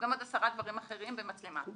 וגם עוד עשרה דברים אחרים וגם מצלמה.